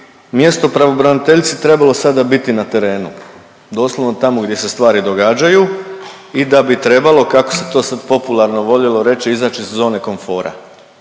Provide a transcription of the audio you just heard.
mjesto pravobraniteljice trebalo sada biti na terenu doslovno tamo gdje se stvari događaju i da bi trebalo kako se to sad popularno voljelo reći izaći iz zone komfora.